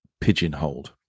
pigeonholed